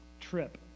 trip